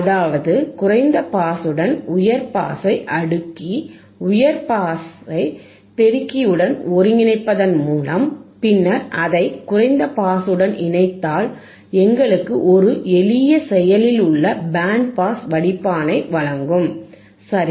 அதாவது குறைந்த பாஸுடன் உயர் பாஸை அடுக்கி உயர் பாஸை பெருக்கியுடன் ஒருங்கிணைப்பதன் மூலம் பின்னர் அதை குறைந்த பாஸுடன் இணைத்தால் எங்களுக்கு ஒரு எளிய செயலில் உள்ள பேண்ட் பாஸ் வடிப்பானை வழங்கும் சரி